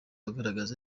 agaragaza